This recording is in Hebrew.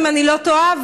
אם אני לא טועה.